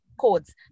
codes